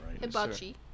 Hibachi